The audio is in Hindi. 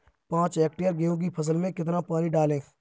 पाँच हेक्टेयर गेहूँ की फसल में कितना पानी डालें?